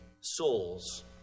souls